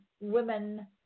women